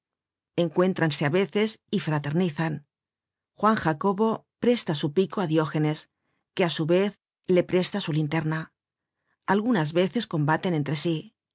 encuéntranse á veces y fraternizan juan jacobo presta su pico á diógenes que á su vez le presta su linterna algunas veces combaten entre sí